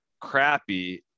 crappy